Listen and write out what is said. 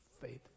Faithful